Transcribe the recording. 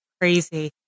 crazy